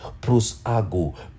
Prosago